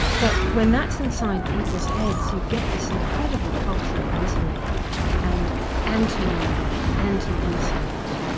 but when that's inside people's heads, you get this incredible culture of misery and anti-knowledge, anti-insight,